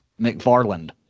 McFarland